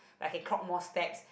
I can clock more steps